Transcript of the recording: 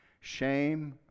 Shame